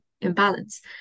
imbalance